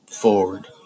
forward